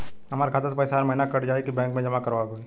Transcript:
हमार खाता से पैसा हर महीना कट जायी की बैंक मे जमा करवाए के होई?